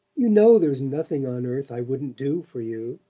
you know there's nothing on earth i wouldn't do for you.